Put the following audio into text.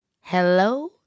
Hello